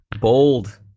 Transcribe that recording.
bold